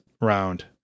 round